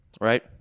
right